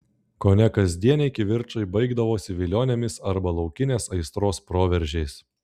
kone kasdieniai kivirčai baigdavosi vilionėmis arba laukinės aistros proveržiais